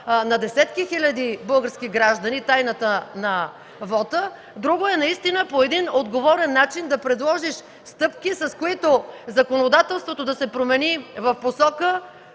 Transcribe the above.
на десетки хиляди български граждани – тайната на вота, друго е наистина по отговорен начин да предложиш стъпки, с които законодателството да се промени в посока